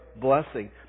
blessing